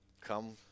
come